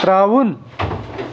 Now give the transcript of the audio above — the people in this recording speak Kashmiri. ترٛاوُن